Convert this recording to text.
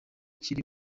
kiri